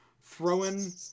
throwing